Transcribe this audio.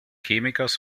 chemikers